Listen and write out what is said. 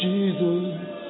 Jesus